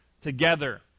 together